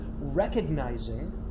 recognizing